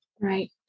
Right